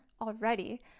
already